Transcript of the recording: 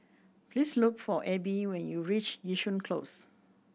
please look for Abbie when you reach Yishun Close